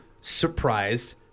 surprised